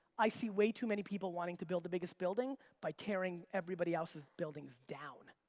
i see way too many people wanting to build the biggest building by tearing everybody else's buildings down.